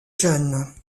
jeune